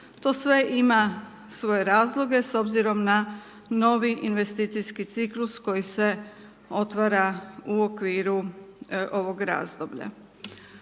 To sve ima svoje razloge s obzirom na novi investicijski ciklus koji se otvara u okviru ovog razdoblja.